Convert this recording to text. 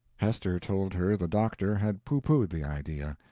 hester told her the doctor had poo-pooed the idea.